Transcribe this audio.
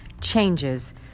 changes